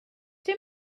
dim